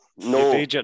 No